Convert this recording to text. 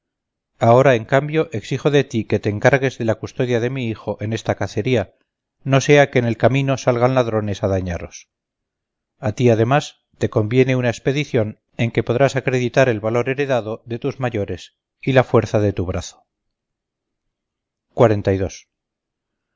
ahora en cambio exijo de ti que te encargues de la custodia de mi hijo en esta cacería no sea que en el camino salgan ladrones a dañaros a ti además te conviene una expedición en que podrás acreditar el valor heredado de tus mayores y la fuerza de tu brazo